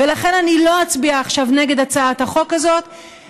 ולכן אני לא אצביע עכשיו נגד הצעת החוק הזאת,